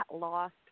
lost